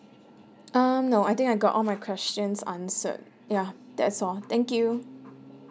um no I think I got all my questions answered ya that's all thank you